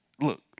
Look